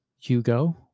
Hugo